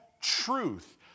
truth